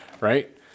right